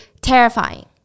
terrifying